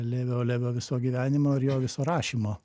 levio levio viso gyvenimo ir jo viso rašymo